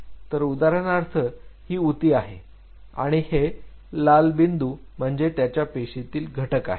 तर उदाहरणार्थ ही ऊती आहे आणि हे लाल बिंदू म्हणजे त्याच्या पेशीतील घटक आहेत